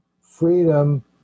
freedom